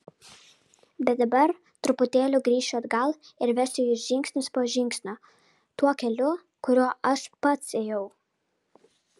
bet dabar truputėlį grįšiu atgal ir vesiu jus žingsnis po žingsnio tuo keliu kuriuo aš pats ėjau